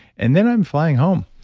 and then i'm flying home,